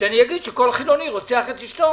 שאגיד שכל חילוני רוצח את אשתו.